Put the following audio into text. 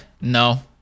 no